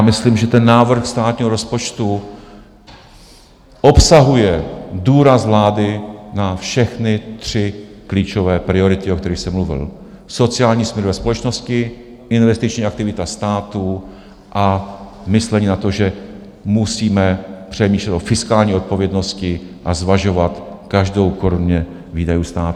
Myslím, že návrh státního rozpočtu obsahuje důraz vlády na všechny tři klíčové priority, o kterých jsem mluvil: sociální smír ve společnosti, investiční aktivita státu a myšlení na to, že musíme přemýšlet o fiskální odpovědnosti a zvažovat každou korunu výdajů státu.